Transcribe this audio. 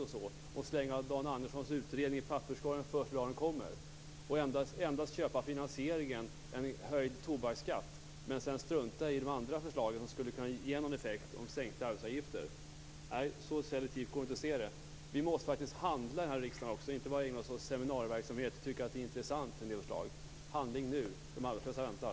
Man får inte bara slänga Dan Anderssons utredning i papperskorgen första dagen den kommer och endast köpa finansieringen, en höjd tobaksskatt, men sedan strunta i de andra förslagen om sänkta arbetsgivaravgifter som skulle kunna ge effekt. Så selektivt går det inte att se det. Vi måste faktiskt handla i den här riksdagen också, inte bara ägna oss åt seminarieverksamhet och tycka att en del förslag är intressanta. Handling nu, de arbetslösa väntar!